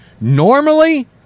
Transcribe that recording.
normally